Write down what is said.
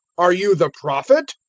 are you the prophet?